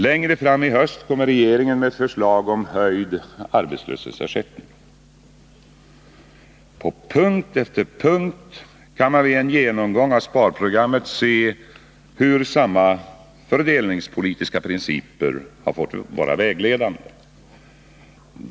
Längre fram i höst kommer regeringen med ett förslag om höjd arbetslöshetsersättning. På punkt efter punkt kan man vid en genomgång av sparprogrammet se hur samma fördelningspolitiska principer fått vara vägledande.